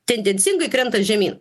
tendencingai krenta žemyn